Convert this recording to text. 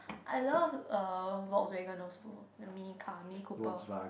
I love I love uh Volkswagen also the mini car mini cooper